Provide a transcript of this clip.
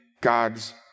God's